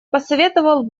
посоветовал